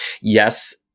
yes